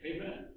Amen